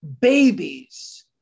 babies